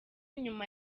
nyuma